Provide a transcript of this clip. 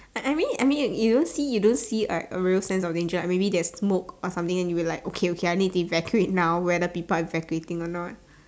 I I mean I mean you don't see you don't see like a real sense of danger like maybe there's smoke or something then you'll be like okay okay I need to evacuate now whether people are evacuating or not